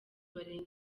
barenga